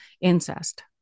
incest